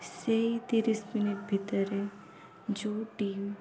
ସେଇ ତିରିଶ ମିନିଟ ଭିତରେ ଯେଉଁ ଟି ଭି